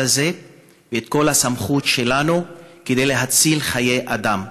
הזה ואת כל הסמכות שלנו כדי להציל חיי אדם,